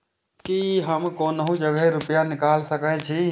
की हम कोनो जगह रूपया निकाल सके छी?